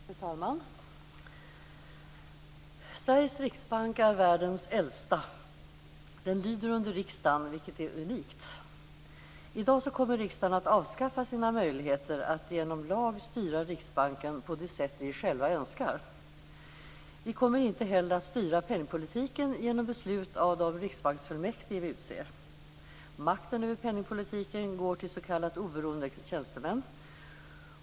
Fru talman! Sveriges riksbank är världens äldsta. Den lyder under riksdagen, vilket är unikt. I dag kommer riksdagen att avskaffa sina möjligheter att genom lag styra Riksbanken på det sätt vi själva önskar. Vi kommer inte heller att styra penningpolitiken genom beslut av de riksbanksfullmäktige som vi utser. Makten över penningpolitiken går till s.k. oberoende tjänstemän.